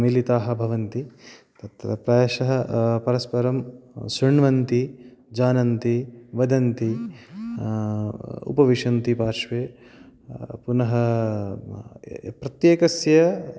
मिलिताः भवन्ति तत् प्रायशः परस्परं शृण्वन्ति जानन्ति वदन्ति उपविशन्ति पार्श्वे पुनः प्रत्येकस्य